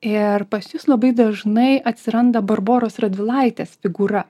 ir pas jus labai dažnai atsiranda barboros radvilaitės figūra